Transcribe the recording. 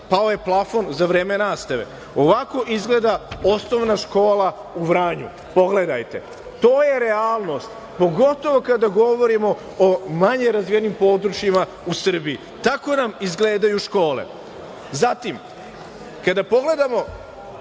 pao je plafon za vreme nastave. Ovako izgleda osnovna škola u Vranju. Pogledajte. To je realnost, pogotovo kada govorimo o manje razvijenim područjima u Srbiji. Tako nam izgledaju škole. Zatim, kada pogledamo